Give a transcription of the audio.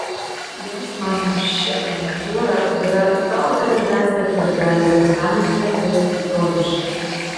jos manymu ši agentūra yra ta organizacija kuri gali uostamiestį atvesti į proveržį